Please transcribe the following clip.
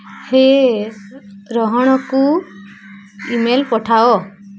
ହେ ରୋହଣକୁ ଇମେଲ୍ ପଠାଅ